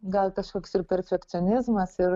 gal kažkoks ir perfekcionizmas ir